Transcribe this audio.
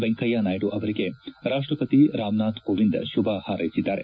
ವೆಂಕಯ್ಯನಾಯ್ದು ಅವರಿಗೆ ರಾಷ್ಟಪತಿ ರಾಮನಾಥ್ ಕೋವಿಂದ್ ಶುಭ ಹಾರೈಸಿದ್ದಾರೆ